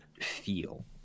feel